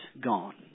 gone